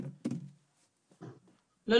לא,